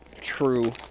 true